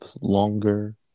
longer